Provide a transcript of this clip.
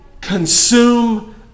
consume